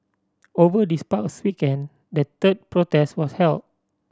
over this past weekend the third protest was held